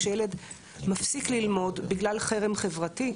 כשילד מפסיק ללמוד בגלל חרם חברתי.